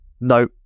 no